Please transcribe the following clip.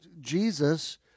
Jesus